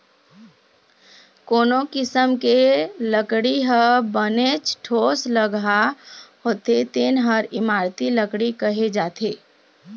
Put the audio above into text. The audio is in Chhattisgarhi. कोनो किसम के लकड़ी ह बनेच ठोसलगहा होथे तेन ल इमारती लकड़ी कहे जाथे